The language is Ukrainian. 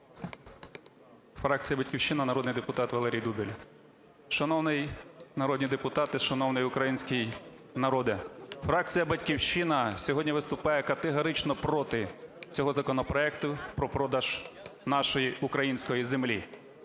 Фракція "Батьківщина" народний депутат Валерій Дубіль. Шановні народні депутати, шановний український народе, фракція "Батьківщина" сьогодні виступає категорично проти цього законопроекту про продаж нашої української землі.